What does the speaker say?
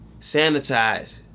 Sanitize